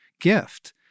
gift